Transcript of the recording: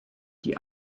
die